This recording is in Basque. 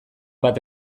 bat